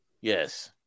yes